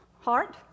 Heart